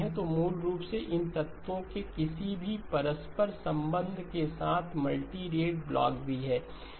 तो मूल रूप से इन 3 तत्वों के किसी भी परस्पर संबंध के साथ साथ मल्टीरेट ब्लॉक भी हैं